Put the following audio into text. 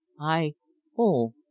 i-oh